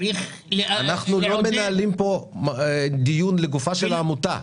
צריך להוקיר --- אנחנו לא מנהלים פה דיון לגופה של העמותה.